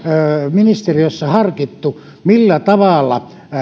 ministeriössä harkittu millä tavalla